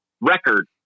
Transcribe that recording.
record